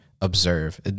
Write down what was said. observe